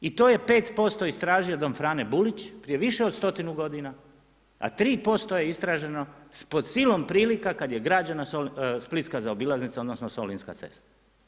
I to je 5% istražio don Frane Bulić prije više od 100 g., a 3% je istraženo pod silom prilika kad je građena splitska zaobilaznica odnosno solinska cesta.